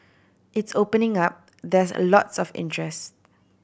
it's opening up there's a lots of interest